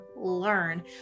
learn